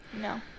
No